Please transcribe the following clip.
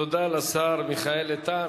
תודה לשר מיכאל איתן.